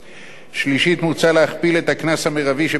מוצע להכפיל את הקנס המרבי שבית-המשפט רשאי להטיל